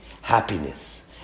happiness